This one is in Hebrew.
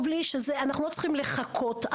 אנחנו לא צריכים לחכות,